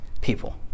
people